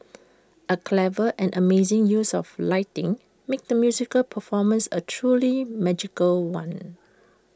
A clever and amazing use of lighting made the musical performance A truly magical one